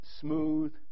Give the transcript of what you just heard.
smooth